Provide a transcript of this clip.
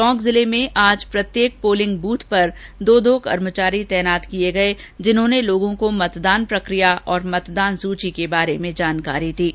टोंक जिले में आज प्रत्येक पोलिंग बूथ पर दो कर्मचारी तैनात किए गए जो लोगों को मतदान प्रक्रिया और मतदान सूची के बारे में जानकारी दे रहे हैं